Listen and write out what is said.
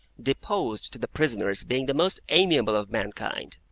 deposed to the prisoner's being the most amiable of mankind.